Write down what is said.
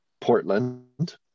portland